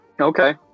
Okay